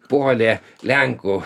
puolė lenkų